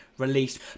released